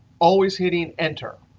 always hitting enter.